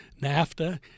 NAFTA